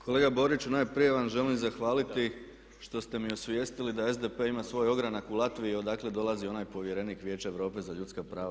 Kolega Boriću, najprije vam želim zahvaliti što ste mi osvijestili da SDP ima svoj ogranak u Latviji odakle dolazi onaj povjerenik Vijeća Europe za ljudska prava.